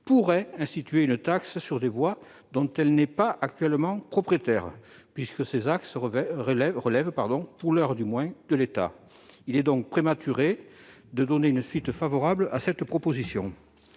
pourrait instituer une taxe sur des voies dont elle n'est pas propriétaire actuellement. Ces axes relèvent, pour l'heure du moins, de l'État ; il est donc prématuré de donner une suite favorable à cette proposition.